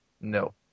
no